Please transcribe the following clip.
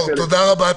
תודה רבה.